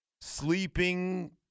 sleeping